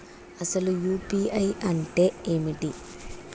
అసలు యూ.పీ.ఐ అంటే ఏమిటి?